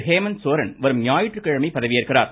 ஹேமந்த் சோரன் வரும் ஞாயிற்றுக்கிழமை பதவியேற்கிறார்